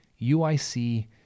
UIC